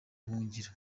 buhungiro